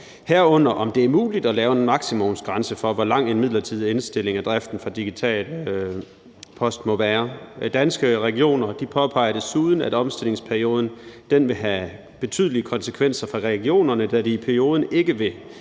herunder om det er muligt at lave en maksimumsgrænse for, hvor lang en midlertidig indstilling af driften for digital post må være. Danske Regioner påpeger desuden, at omstillingsperioden vil have betydelige konsekvenser for regionerne, da de i perioden ikke vil